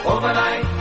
Overnight